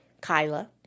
Kyla